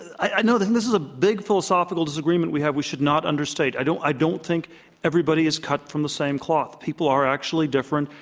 i i know that this is a big philosophical disagreement we have. we should not understate. i don't i don't think everybody is cut from the same cloth. people are actually different.